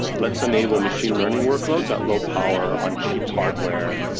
let's enable machine learning workloads at low power on cheap hardware,